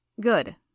Good